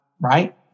right